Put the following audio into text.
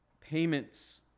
payments